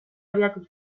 abiatu